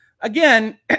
Again